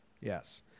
Yes